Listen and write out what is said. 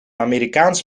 amerikaans